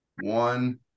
One